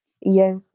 Yes